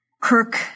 Kirk